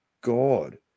god